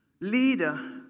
leader